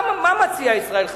מה מציע ישראל חסון?